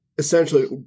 essentially